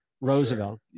Roosevelt